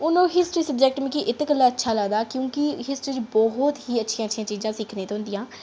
हुन ओह् history subject मिगी इस गल्ला अच्छा लगदा क्योंकि हिस्ट्री च बहुत ही अच्छियां अच्छियां चीजां सिक्खने ई थ्होंदियां